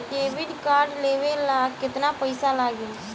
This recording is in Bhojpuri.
डेबिट कार्ड लेवे ला केतना पईसा लागी?